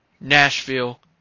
Nashville